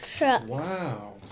Wow